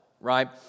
right